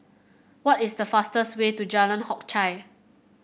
what is the fastest way to Jalan Hock Chye